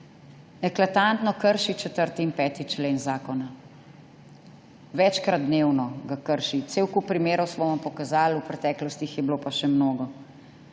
eklatantno krši 4. in 5. člen zakona. Večkrat dnevno ga krši. Celi kup primerov smo vam pokazali, v preteklosti jih je bilo pa še mnogo.